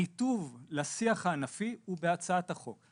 הניתוב לשיח הענפי הוא בהצעת החוק.